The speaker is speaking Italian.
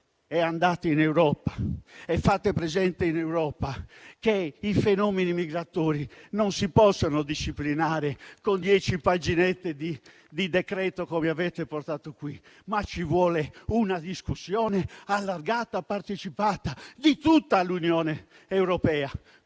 e andate in Europa e fate presente che i fenomeni migratori non si possano disciplinare con dieci paginette di decreto-legge, come avete fatto qui, ma ci vuole una discussione allargata e partecipata di tutta l'Unione europea.